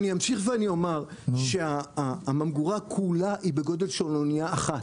אני אמשיך ואומר שהממגורה כולה היא בגודל של אנייה אחת.